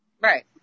right